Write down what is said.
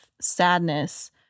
sadness